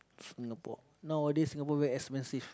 Singapore nowadays Singapore very expensive